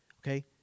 Okay